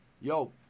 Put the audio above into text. Yo